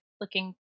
looking